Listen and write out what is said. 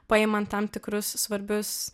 paimant tam tikrus svarbius